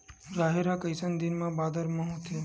राहेर ह कइसन दिन बादर म होथे?